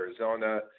Arizona